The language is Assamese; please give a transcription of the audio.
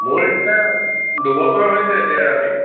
মোৰ এতিয়া দুবছৰ হৈছে এতিয়া ৰানিং